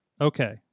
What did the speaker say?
Okay